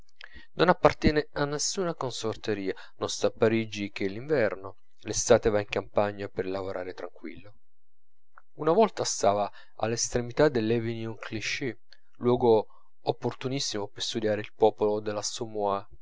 non appartiene a nessuna consorteria non sta a parigi che l'inverno l'estate va in campagna per lavorare tranquillo una volta stava all'estremità dell'avenue clichy luogo opportunissimo per studiare il popolo dell'assommoir